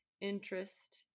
interest